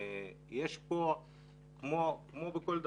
לכן כמו בכל דבר,